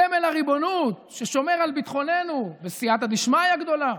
סמל הריבונות ששומר על ביטחוננו בסייעתא דשמיא גדולה,